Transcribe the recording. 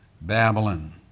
Babylon